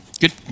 Good